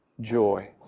joy